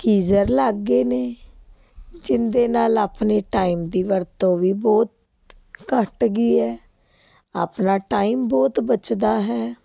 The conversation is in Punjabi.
ਗੀਜ਼ਰ ਲੱਗ ਗਏ ਨੇ ਜਿਹਦੇ ਨਾਲ ਆਪਣੇ ਟਾਈਮ ਦੀ ਵਰਤੋਂ ਵੀ ਬਹੁਤ ਘੱਟ ਗਈ ਹੈ ਆਪਣਾ ਟਾਈਮ ਬਹੁਤ ਬਚਦਾ ਹੈ